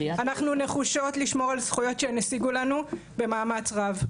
אנחנו נחושות לשמור על זכויות שהן השיגו לנו במאמץ רב,